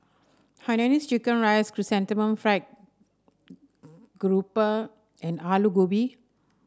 Hainanese Chicken Rice Chrysanthemum Fried Grouper and Aloo Gobi